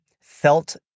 felt